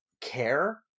care